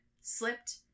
slipped